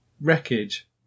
wreckage